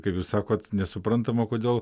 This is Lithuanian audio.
kaip jūs sakot nesuprantama kodėl